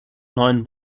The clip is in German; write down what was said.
neuen